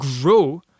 grow